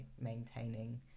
maintaining